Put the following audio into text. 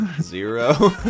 Zero